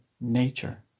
nature